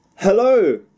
Hello